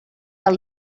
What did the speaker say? del